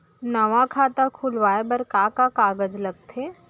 नवा खाता खुलवाए बर का का कागज लगथे?